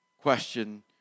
question